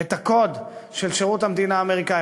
את הקוד של שירות המדינה האמריקני.